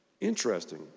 Interesting